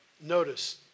notice